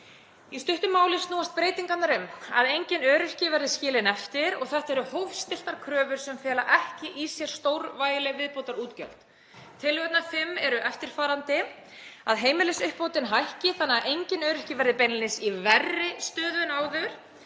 Í stuttu máli snúast breytingarnar um að enginn öryrki verður skilinn eftir og þetta eru hófstilltar kröfur sem fela ekki í sér stórvægileg viðbótarútgjöld. Tillögurnar fimm eru eftirfarandi: Að heimilisuppbótin hækki þannig að enginn öryrki verði beinlínis í verri stöðu en áður.